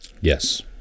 yes